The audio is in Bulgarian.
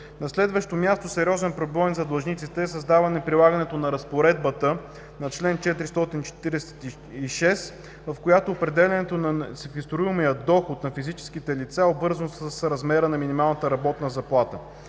На следващо място, сериозен проблем за длъжниците е създаване прилагането на Разпоредбата на чл. 446, в която определянето на секвестируемия доход на физическите лица е обвързано с размера на минималната работна заплата.